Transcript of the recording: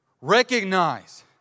Recognize